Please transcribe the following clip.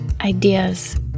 ideas